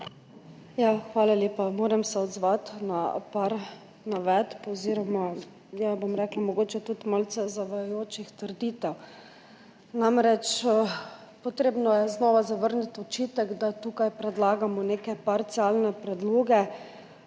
Hvala lepa. Moram se odzvati na par navedb oziroma mogoče tudi malce zavajajočih trditev. Treba je namreč znova zavrniti očitek, da tukaj predlagamo neke parcialne predloge,